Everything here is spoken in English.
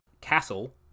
castle